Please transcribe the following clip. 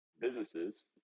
Businesses